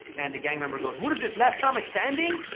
and the gang member goes, what is this, last comic standing?